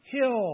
Hill